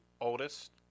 oldest